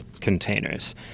containers